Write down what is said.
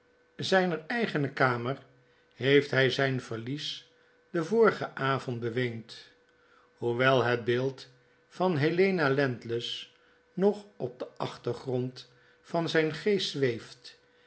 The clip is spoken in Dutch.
zijner eigene karaer heeft hg zyn verlies den vorigen avond beweend hoewel het beeld van helena landless nog op den achtergrond van zijn geest zweeft